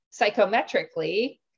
psychometrically